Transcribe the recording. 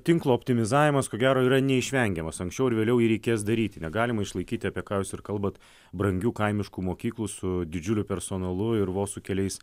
tinklo optimizavimas ko gero yra neišvengiamas anksčiau ar vėliau jį reikės daryti negalima išlaikyti apie ką jus ir kalbat brangių kaimiškų mokyklų su didžiuliu personalu ir vos su keliais